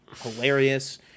hilarious